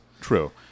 true